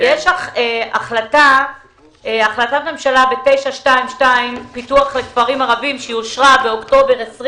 יש החלטת ממשלה 922 פיתוח הכפרים הערביים שאושרה באוקטובר 2020,